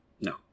No